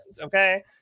Okay